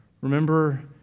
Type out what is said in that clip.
remember